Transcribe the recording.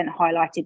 highlighted